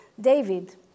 David